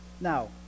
now